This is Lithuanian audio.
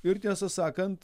ir tiesą sakant